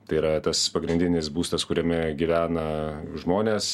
tai yra tas pagrindinis būstas kuriame gyvena žmonės